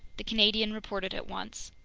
the canadian reported at once.